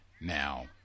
Now